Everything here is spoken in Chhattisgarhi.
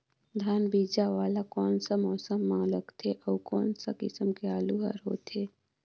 धान बीजा वाला कोन सा मौसम म लगथे अउ कोन सा किसम के आलू हर होथे?